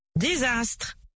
Désastre